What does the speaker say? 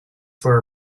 were